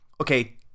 okay